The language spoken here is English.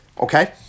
Okay